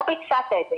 לא ביצעת את זה.